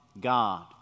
God